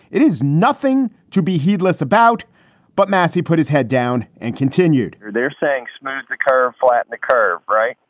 it is nothing to be heedless about but massey put his head down and continued there, saying, smash the car flat in the car. right.